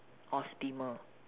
or steamer